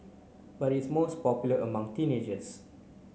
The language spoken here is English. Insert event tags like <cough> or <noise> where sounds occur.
<noise> but it is most popular among teenagers